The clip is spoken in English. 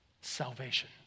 Salvation